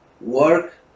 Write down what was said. work